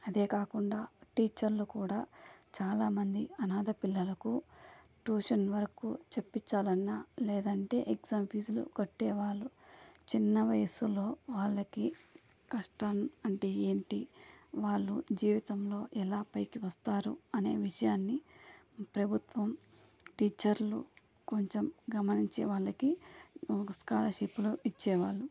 అదే కాకుండా టీచర్లు కూడా చాలామంది అనాథ పిల్లలకు ట్యూషన్ వరకు చెప్పించాలన్నా లేదంటే ఎగ్జామ్ ఫీజులు కొట్టేవాళ్ళు చిన్న వయసులో వాళ్ళకి కష్టం అంటే ఏమిటి వాళ్ళు జీవితంలో ఎలా పైకి వస్తారు అనే విషయాన్ని ప్రభుత్వం టీచర్లు కొంచెం గమనించి వాళ్ళకి స్కాలర్షిప్లు ఇచ్చేవాళ్ళు